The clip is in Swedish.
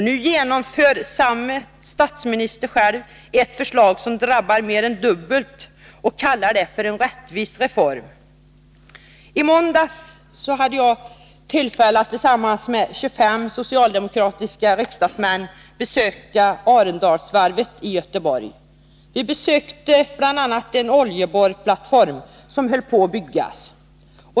Nu genomför samme statsminister själv ett förslag som drabbar mer än dubbelt så hårt och kallar det för en rättvis reform. I måndags besökte jag tillsammans med 25 socialdemokratiska riksdagsmän Arendalsvarvet i Göteborg. Vi var bl.a. på en oljeborrplattform som höll på att byggas.